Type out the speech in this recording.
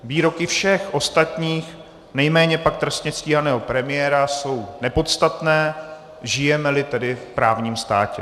Výroky všech ostatních, nejméně pak trestně stíhaného premiéra, jsou nepodstatné, žijemeli tedy v právním státě.